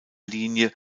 linie